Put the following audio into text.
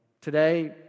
today